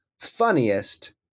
funniest